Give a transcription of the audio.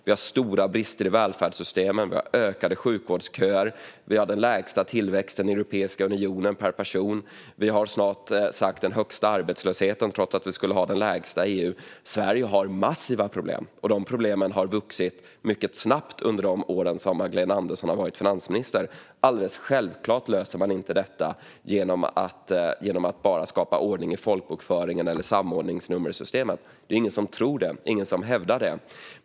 Vi har stora brister i välfärdssystemen. Vi har växande sjukvårdsköer. Vi har den lägsta tillväxten per person i Europeiska unionen. Vi har snart den högsta arbetslösheten i EU trots att vi skulle ha den lägsta. Sverige har massiva problem, och de problemen har vuxit mycket snabbt under åren då Magdalena Andersson varit finansminister. Alldeles självklart löser man inte detta genom att bara skapa ordning i folkbokföringen eller samordningsnummersystemet. Det är ingen som tror eller hävdar det.